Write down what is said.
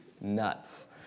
nuts